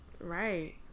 Right